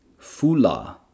fula